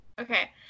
Okay